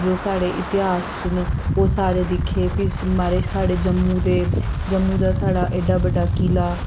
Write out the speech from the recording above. जो साढ़े इतेहास च न ओह् सारे दिक्खे फ्ही महाराज साढ़े जम्मू दे जम्मू दा साढ़ा एड्डा बड्डा किला